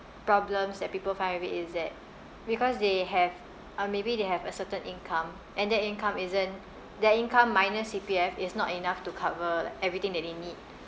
problems that people find with it is that because they have or maybe they have a certain income and that income isn't their income minus C_P_F is not enough to cover like everything that they need